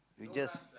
we just